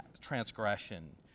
transgression